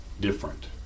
different